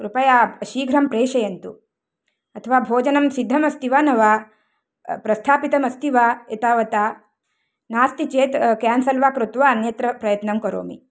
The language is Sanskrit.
कृपया शीघ्रं प्रेषयन्तु अथवा भोजनं सिद्धम् अस्ति वा न वा प्रस्थापितम् अस्ति वा एतावता नास्ति चेत् केन्सल् वा कृत्वा अन्यत्र प्रयत्नं करोमि